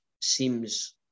seems